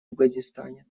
афганистане